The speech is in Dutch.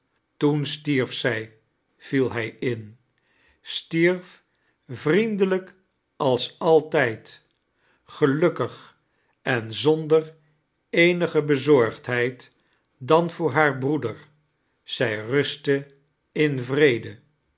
toem stierf zij viel hrj in stierf vsriendelijk als altijd geliuikig em zibmder eenige bezorgdheid dan voor haar broeder zij ruste in vrede